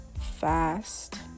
fast